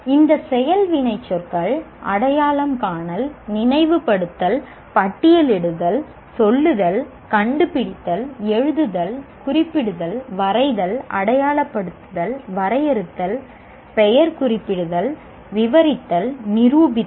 இந்த செயல் வினைச்சொற்கள் அடையாளம் காணல் நினைவுபடுத்தல் பட்டியலிடுதல் சொல்லுதல் கண்டுபிடித்தல் எழுதுதல் குறிப்பிடுதல் வரைதல் அடையாளப்படுத்துதல் வரையறுத்தல் பெயர் குறிப்பிடுதல் விவரித்தல் நிரூபித்தல்